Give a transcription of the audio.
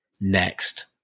Next